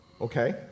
Okay